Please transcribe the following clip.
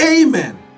amen